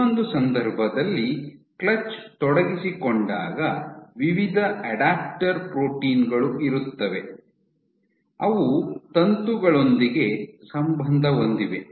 ಇನ್ನೊಂದು ಸಂದರ್ಭದಲ್ಲಿ ಕ್ಲಚ್ ತೊಡಗಿಸಿಕೊಂಡಾಗ ವಿವಿಧ ಅಡಾಪ್ಟರ್ ಪ್ರೋಟೀನ್ ಗಳು ಇರುತ್ತವೆ ಅವು ತಂತುಗಳೊಂದಿಗೆ ಸಂಬಂಧ ಹೊಂದಿವೆ